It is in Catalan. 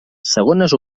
segones